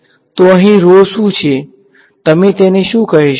તો અહીં રો શું છે તમે તેને શું કહેશો